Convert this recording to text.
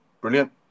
brilliant